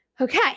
okay